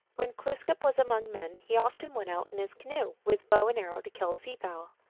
when glooskap was among men he often went out in his canoe with bow and arrows to kill sea-fowl.